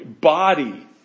body